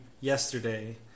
yesterday